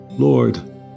Lord